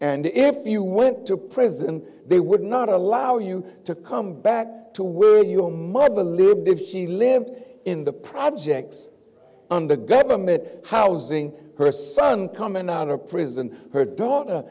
and if you went to prison they would not allow you to come back to will your mother lived if she lived in the projects under government housing her son coming out of prison her daughter